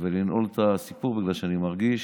ולנעול את הסיפור, בגלל שאני מרגיש